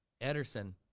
Ederson